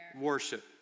Worship